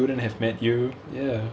you wouldn't have met you ya